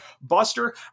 Buster